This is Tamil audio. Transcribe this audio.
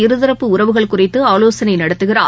இருதரப்பு உறவுகள் குறித்து ஆலோசனை நடத்துகிறார்